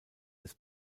des